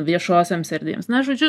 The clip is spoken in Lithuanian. viešosioms erdvėms na žodžiu